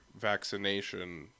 vaccination